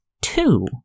two